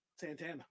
Santana